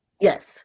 Yes